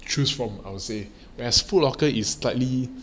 choose from I would say as foot locker is slightly